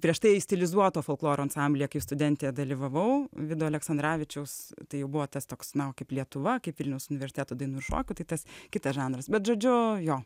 prieš tai stilizuoto folkloro ansamblyje kai studentė dalyvavau vido aleksandravičiaus tai jau buvo tas toks na kaip lietuva kaip vilniaus universiteto dainų šokių tai tas kitas žanras bet žodžiu jo